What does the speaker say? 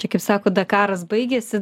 čia kaip sako dakaras baigėsi